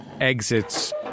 exits